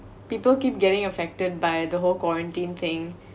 people keep getting affected by the whole quarantine thing